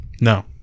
No